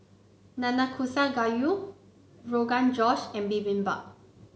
Nanakusa Gayu Rogan Josh and Bibimbap